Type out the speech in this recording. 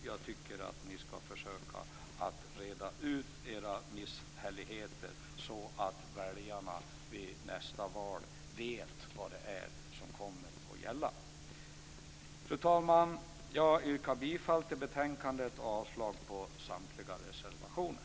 Jag tycker att ni ska försöka att reda ut era misshälligheter så att väljarna vid nästa val vet det är som kommer att gälla. Fru talman! Jag yrkar bifall till utskottets hemställan i betänkandet och avslag på samtliga reservationer.